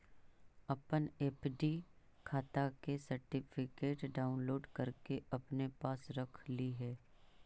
अपन एफ.डी खाता के सर्टिफिकेट डाउनलोड करके अपने पास रख लिहें